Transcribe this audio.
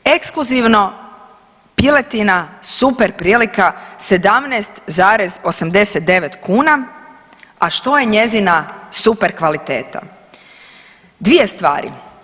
Ekskluzivno piletina, super prilika, 17,89 kuna, a što je njezina super kvaliteta, dvije stvari.